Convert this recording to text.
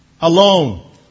alone